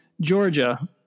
Georgia